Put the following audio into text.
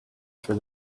for